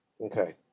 Okay